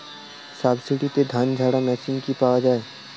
সাবসিডিতে ধানঝাড়া মেশিন কি পাওয়া য়ায়?